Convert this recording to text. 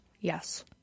Yes